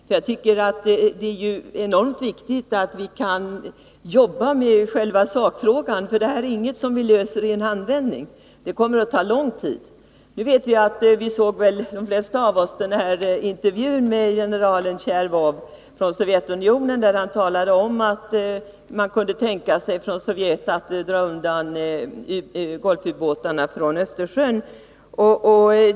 Det är enormt viktigt att vi kan arbeta med själva sakfrågan — detta är ju inget som vi löser i en handvändning, utan det kommer att ta lång tid. De flesta av oss hörde väl intervjun med general Tjervov, där han sade att man från Sovjets sida kunde tänka sig att dra undan Golf-ubåtarna från Östersjön.